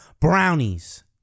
Brownies